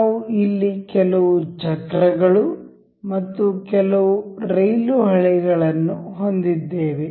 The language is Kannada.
ನಾವು ಇಲ್ಲಿ ಕೆಲವು ಚಕ್ರಗಳು ಮತ್ತು ಕೆಲವು ರೈಲು ಹಳಿಗಳನ್ನು ಹೊಂದಿದ್ದೇವೆ